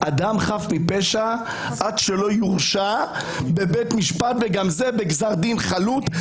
אדם חף פשע עד שלא יורשע בבית משפט וגם זה בגזר דין חלוט.